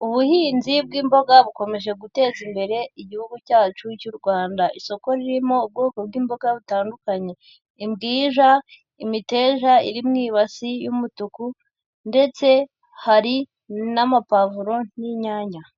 Ubuhinzi bw'imboga bukomeje guteza imbere Igihugu cyacu cy'u Rwanda, isoko ririmo ubwoko bw'imboga butandukanye, imbwija, imiteja, iri mu ibasi y'umutuku ndetse hari n'amapavuro n'inyanya.